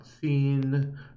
seen